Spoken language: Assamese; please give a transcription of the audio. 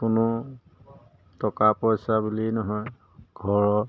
কোনো টকা পইচা বুলিয়েই নহয় ঘৰৰ